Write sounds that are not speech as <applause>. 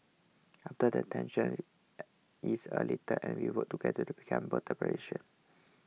after that tensions <hesitation> ease a little and we work together to become <unintelligible>